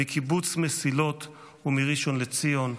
מקיבוץ מסילות ומראשון לציון,